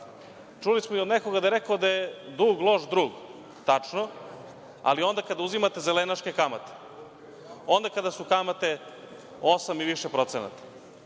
čuli smo i od nekoga da je dug loš drug. Tačno, ali onda kada uzimate zelenaške kamate, onda kada su kamate osam i više procenata,